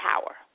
power